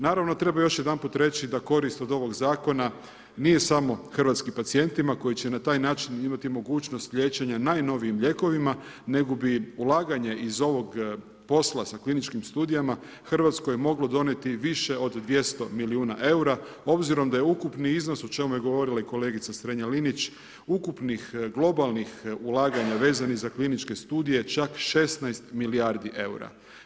Naravno, treba još jedanput reći da korist od ovog Zakona nije samo hrvatskim pacijentima koji će na taj način imati mogućnost liječenja najnovijim lijekovima nego bi ulaganje iz ovog posla sa kliničkim studijama Hrvatskoj moglo donijeti više od 200 milijuna eura obzirom da je ukupni iznos, o čemu je govorila i kolegica Strenja-Linić ukupnih globalnih ulaganja vezanih za kliničke studije čak 16 milijardi eura.